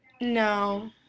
No